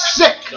sick